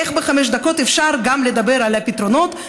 איך בחמש דקות אפשר גם לדבר על הפתרונות,